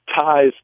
ties